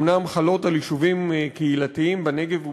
הן אומנם חלות על יישובים קהילתיים בנגב ובגליל,